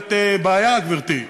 בהחלט בעיה, גברתי,